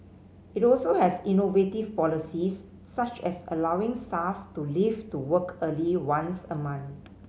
it also has innovative policies such as allowing staff to leave to work early once a month